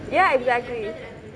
ya exactly